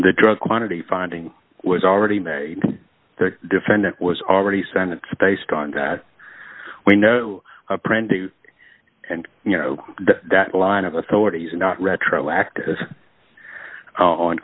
the drug quantity finding was already made the defendant was already sent it's based on that we know apprentice and you know that line of authority is not retroactive on